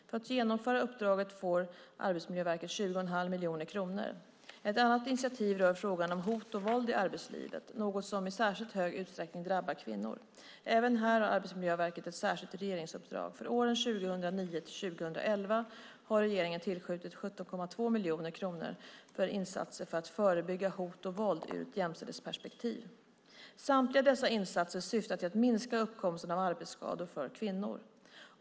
För att genomföra uppdraget får Arbetsmiljöverket 20,5 miljoner kronor. Ett annat initiativ rör frågan om hot och våld i arbetslivet, något som i särskilt hög utsträckning drabbar kvinnor. Även här har Arbetsmiljöverket ett särskilt regeringsuppdrag. För åren 2009-2011 har regeringen tillskjutit 17,2 miljoner kronor för insatser för att förebygga hot och våld ur ett jämställdhetsperspektiv. Samtliga dessa insatser syftar till att minska uppkomsten av arbetsskador för kvinnor.